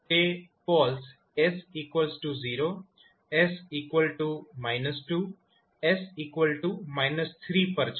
તે poles s0 s 2 s 3 પર છે